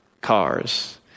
cars